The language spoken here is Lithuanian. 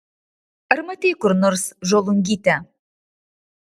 ar matei kur nors žolungytę